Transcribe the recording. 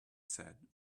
said